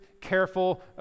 careful